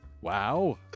Wow